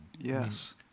Yes